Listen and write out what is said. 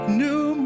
new